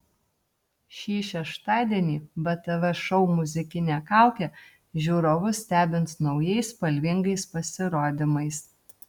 šį šeštadienį btv šou muzikinė kaukė žiūrovus stebins naujais spalvingais pasirodymais